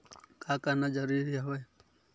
का करना जरूरी हवय?